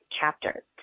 chapter